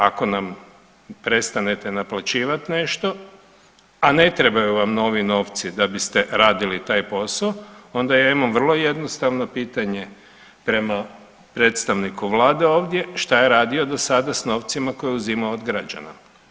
Ako nam prestanete naplaćivat nešto, a ne trebaju vam novi novci da biste radili taj posao, onda ja imam vrlo jednostavno pitanje prema predstavniku Vlade ovdje, šta je radio sada s novcima koje je uzimao od građana?